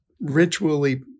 ritually